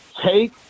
take